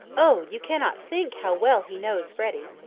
oh! you cannot think how well he knows freddy.